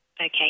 Okay